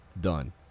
done